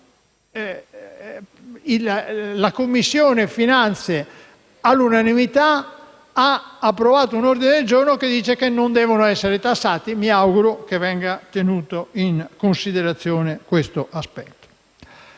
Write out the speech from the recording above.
La Commissione finanze ha approvato all'unanimità un ordine del giorno che dice che non devono essere tassati. Mi auguro che venga tenuto in considerazione questo aspetto.